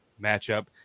matchup